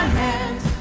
hands